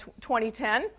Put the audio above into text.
2010